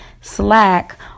slack